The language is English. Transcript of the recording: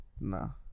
No